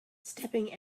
stepping